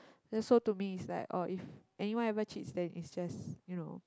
the so to me is like oh if anyone ever cheats then is just you know